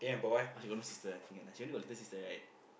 oh she got no sister ah she only got little sister right